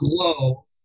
glow